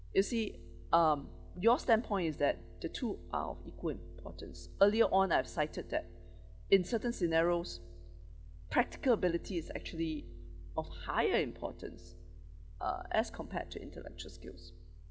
you see um your standpoint is that the two are of equal importance earlier on I have cited that in certain scenarios practical abilities is actually of higher importance uh as compared to intellectual skills